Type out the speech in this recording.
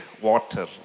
water